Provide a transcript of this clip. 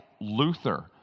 Luther